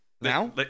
now